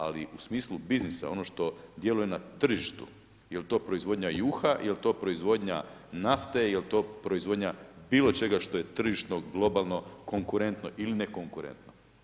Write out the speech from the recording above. Ali u smislu biznisa, ono što djeluje na tržištu je li to proizvodnja juha, je li to proizvodnja nafte, je li to proizvodnja pilećega što je tržišno, globalno konkurentno ili nekonkurentno.